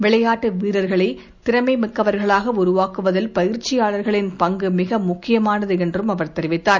விளையாட்டு வீரர்களை திறமைமிக்கவர்களாக உருவாக்குவதில் பயிற்சியாளர்களின் பங்கு மிக முக்கியமானது என்றும் அவர் கூறினார்